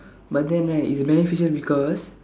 but then right it's beneficial because